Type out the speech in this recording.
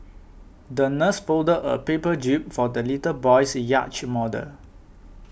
the nurse folded a paper jib for the little boy's yacht model